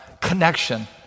connection